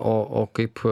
o o kaip